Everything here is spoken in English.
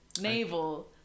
navel